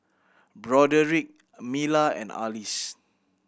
Broderick Mila and Arlis